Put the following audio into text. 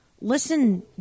Listen